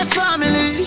family